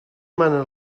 mana